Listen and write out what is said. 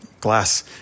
glass